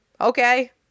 okay